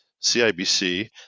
CIBC